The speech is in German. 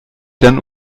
dann